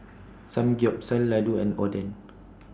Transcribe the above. Samgyeopsal Ladoo and Oden